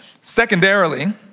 Secondarily